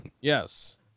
Yes